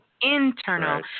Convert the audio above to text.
internal